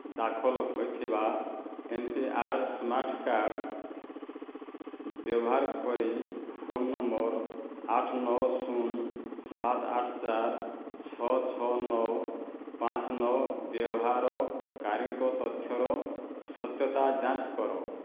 ଦାଖଲ ହୋଇଥିବା N P R smart card ବ୍ୟବହାର କରି ଫୋନ ନମ୍ବର ଆଠ ନଅ ଶୂନ ସାତ ଆଠ ଚାରି ଛଅ ଛଅ ନଅ ପାଞ୍ଚ ନଅ ବ୍ୟବହାରକାରୀଙ୍କ ତଥ୍ୟର ସତ୍ୟତା ଯାଞ୍ଚ କର